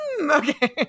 okay